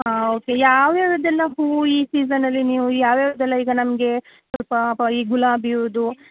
ಹಾಂ ಓಕೆ ಯಾವು ಯಾವ್ದೆಲ್ಲ ಹೂವು ಈ ಸೀಸನಲ್ಲಿ ನೀವು ಯಾವು ಯಾವ್ದೆಲ್ಲ ಈಗ ನಮಗೆ ಈಗ ಸ್ವಲ್ಪ ಈ ಗುಲಾಬಿ ಹೂವಿಂದು